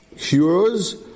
cures